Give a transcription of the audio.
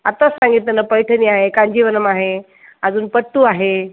आत्ताच सांगितलं ना पैठणी आहे कांजीवरम आहे अजून पट्टू आहे